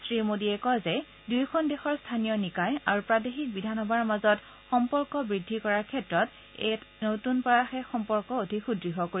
শ্ৰী মোডীয়ে কয় যে দুয়োখন দেশৰ স্থানীয় নিকায় আৰু প্ৰাদেশিক বিধানসভাৰ মাজত সম্পৰ্ক বৃদ্ধি কৰাৰ ক্ষেত্ৰত এই নতুন প্ৰয়াসে সম্পৰ্ক অধিক সুদ্য় কৰিব